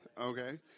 Okay